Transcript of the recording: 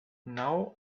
now